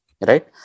right